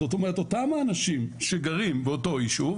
זאת אומרת אותם האנשים שגרים באותו יישוב,